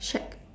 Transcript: shack